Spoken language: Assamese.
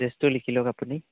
এড্ৰেছটো লিখি লওক আপুনি